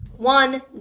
One